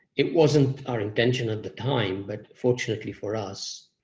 it wasn't our intention at the time, but fortunately for us,